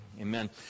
Amen